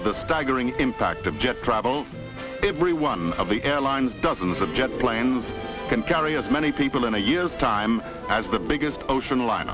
the staggering impact of jet travel every one of the airlines dozens of jet planes can carry as many people in a year's time as the biggest ocean line